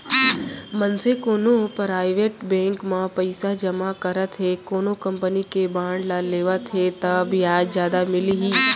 मनसे कोनो private bank म पइसा जमा करत हे कोनो कंपनी के बांड ल लेवत हे ता बियाज जादा मिलही